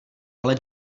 ale